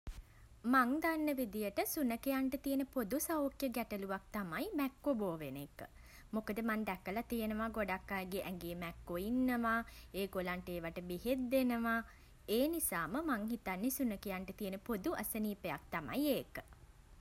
මං දන්න විදිහට සුනඛයන්ට තියෙන පොදු සෞඛ්‍ය ගැටලුවක් තමයි මැක්කො බෝ වෙන එක. මොකද මං දැකලා තියෙනවා ගොඩක් අයගේ ඇඟේ මැක්කො ඉන්නවා ඒගොල්ලන්ට ඒවට බෙහෙත් දෙනවා. ඒ නිසා මං හිතන්නේ සුනඛයන්ට තියෙන පොදු අසනීපයක් තමයි ඒක.